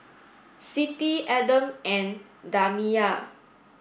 Siti Adam and Damia